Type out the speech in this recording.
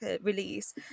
release